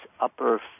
upper